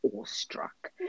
awestruck